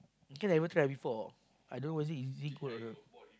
I think never try before I don't know was is it good or not